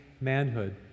manhood